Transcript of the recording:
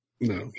No